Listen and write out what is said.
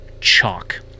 chalk